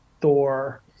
thor